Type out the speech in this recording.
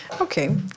Okay